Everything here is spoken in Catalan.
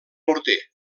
morter